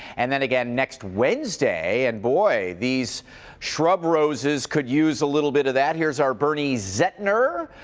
and then again next wednesday. and boy, these shrub roses could use a little bit of that. here's our bernie zettner,